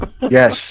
yes